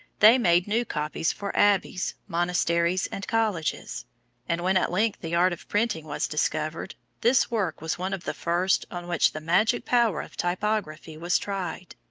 they made new copies for abbeys, monasteries, and colleges and when, at length, the art of printing was discovered, this work was one of the first on which the magic power of typography was tried.